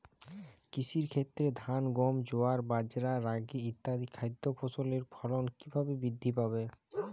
কৃষির ক্ষেত্রে ধান গম জোয়ার বাজরা রাগি ইত্যাদি খাদ্য ফসলের ফলন কীভাবে বৃদ্ধি পাবে?